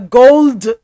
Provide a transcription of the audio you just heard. gold